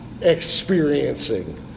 experiencing